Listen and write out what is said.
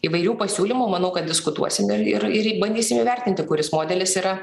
įvairių pasiūlymų manau kad diskutuosim ir ir bandysim įvertinti kuris modelis yra